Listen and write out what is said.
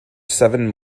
seven